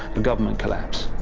a government collapse.